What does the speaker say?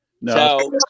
No